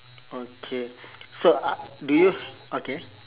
okay so uh did you okay